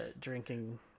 drinking